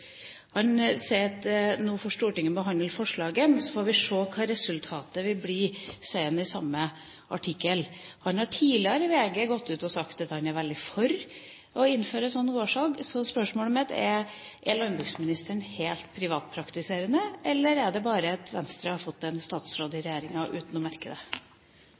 får Stortinget behandle dette forslaget, så får vi se hva resultatet blir», sier han i samme artikkel. Han har tidligere gått ut i VG og sagt at han er veldig for å innføre slike gårdssalg. Så spørsmålet mitt er: Er landbruksministeren helt privatpraktiserende, eller er det slik at Venstre har fått en statsråd i regjeringa uten å merke det?